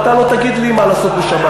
ואתה לא תגיד לי מה לעשות בשבת.